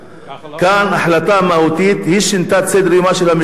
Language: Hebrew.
כאן ההחלטה המהותית שינתה את סדר-יומה של המשטרה.